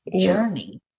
journey